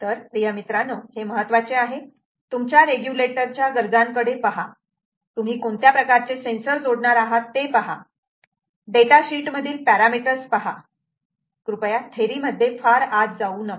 तर प्रिय मित्रांनो हे महत्त्वाचे आहे तुमच्या रेग्युलेटर च्या गरजांकडे पहा तुम्ही कोणत्या प्रकारचे सेन्सर जोडणार आहात ते पहा डेटा शीट मधील पॅरामीटर्स पहा महत्वाचे कृपया थेरी मध्ये फार आत जाऊ नका